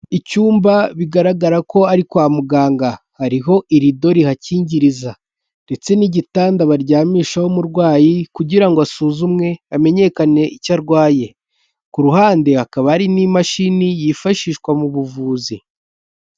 Icyumba bigaragara ko ari kwa muganga hariho irido rihakingiriza ndetse n'igitanda baryamishaho umurwayi kugira ngo asuzumwe hamenyekane icyo arwaye, ku ruhande hakaba hari n'imashini yifashishwa mu buvuzi.